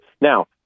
Now